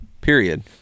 period